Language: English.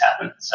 happen